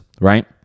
right